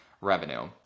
revenue